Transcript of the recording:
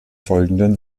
folgenden